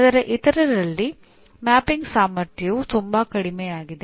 ಆದರೆ ಇತರರಲ್ಲಿ ಮ್ಯಾಪಿಂಗ್ ಸಾಮರ್ಥ್ಯವು ತುಂಬಾ ಕಡಿಮೆಯಾಗಿದೆ